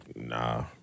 Nah